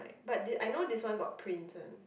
but th~ I know this one got prints one